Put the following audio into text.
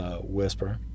Whisper